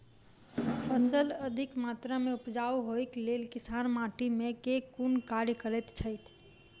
फसल अधिक मात्रा मे उपजाउ होइक लेल किसान माटि मे केँ कुन कार्य करैत छैथ?